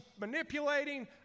manipulating